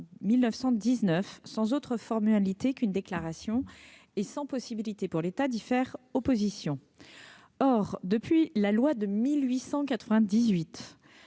1919 sans autre formule alité qu'une déclaration et sans possibilité pour l'État diffère opposition or depuis la loi de 1898.